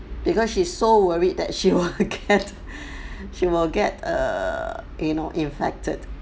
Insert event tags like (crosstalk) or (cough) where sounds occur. because she's so worried that she will get (laughs) she will get err you know infected